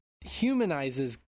humanizes